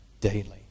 Daily